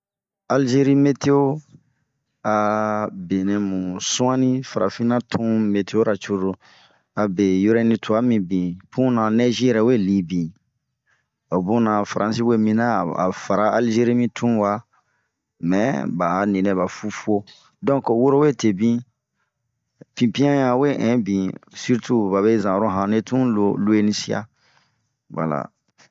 Alzerie meteo, abenɛ mu suani farafina tun meteo ra cururu,a be yurɛni tuan mibin puna nɛzi yirɛwe liibin. A bun na faransi ya mina a fara alzeri mi tun wa. Mɛɛ ba a nii nɛɛ ba fu fuo, donke wuro we tebin, pinpian ɲan we ɛnh bin.sirtu babe zan orobara ɛnhre tun lueni sia. valaa.